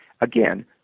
again